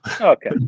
Okay